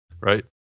Right